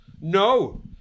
No